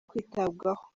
kwitabwaho